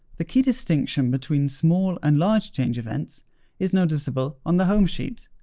the key distinction between small and large change events is noticeable on the home sheet.